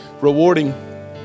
Rewarding